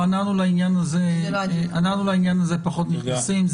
לעניין הזה אנחנו פחות נכנסים.